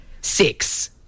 Six